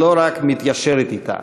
ולא רק מתיישרת אתה.